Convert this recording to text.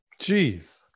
jeez